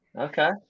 Okay